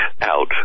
out